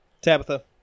Tabitha